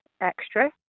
extra